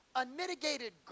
unmitigated